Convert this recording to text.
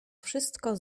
wszystko